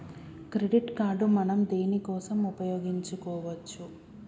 Credit card మనం దేనికోసం ఉపయోగించుకోవచ్చు?